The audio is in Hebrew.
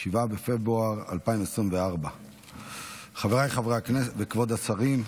7 בפברואר 2024. חבריי חברי הכנסת וכבוד השרים,